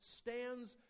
stands